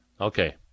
Okay